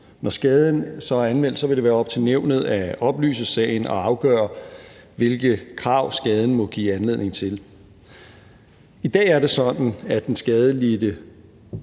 Når skaden så er anmeldt, vil det være op til nævnet at oplyse sagen og afgøre, hvilke krav skaden må give anledning til. I dag er det sådan, at den skadelidte